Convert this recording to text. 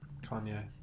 Kanye